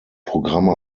programme